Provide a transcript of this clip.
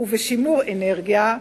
ובשימור אנרגיה,